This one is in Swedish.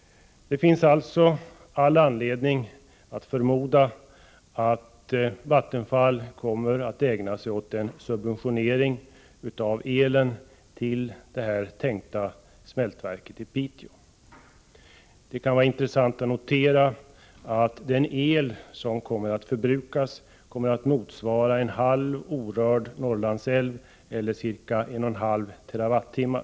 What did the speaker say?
Det finns alltså all anledning att förmoda att Vattenfall kommer att ägna sig åt en subventionering av elen till det tänkta smältverket i Piteå. Det kan vara intressant att notera att den el som kommer att förbrukas motsvarar en halv orörd Norrlandsälv eller ca 1 1/2 TWh.